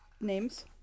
Names